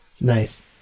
Nice